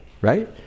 right